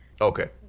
Okay